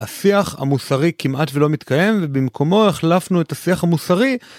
השיח המוסרי כמעט ולא מתקיים ובמקומו החלפנו את השיח המוסרי.